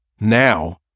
Now